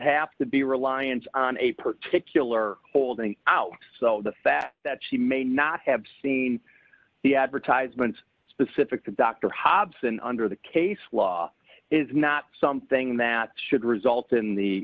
have to be reliance on a particular holding out so the fact that she may not have seen the advertisement specific to dr hobson under the case law is not something that should result in the